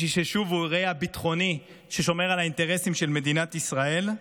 בשביל ששוב הוא ייראה הביטחוני ששומר על האינטרסים של מדינת ישראל.